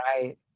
right